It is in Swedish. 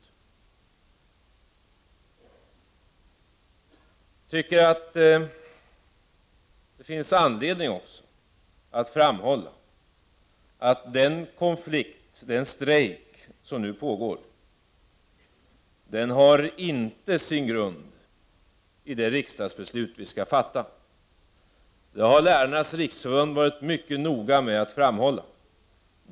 Jag tycker att det också finns anledning att framhålla att den konflikt, den strejk som nu pågår, inte har sin grund i det riksdagsbeslut som vi skall fatta. Det har Lärarnas riksförbund varit mycket noga med att framhålla.